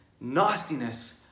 nastiness